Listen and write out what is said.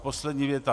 Poslední věta.